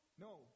No